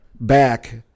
back